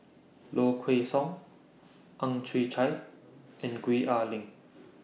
Low Kway Song Ang Chwee Chai and Gwee Ah Leng